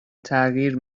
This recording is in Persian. تغییر